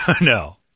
No